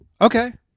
Okay